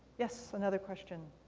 yes. another question.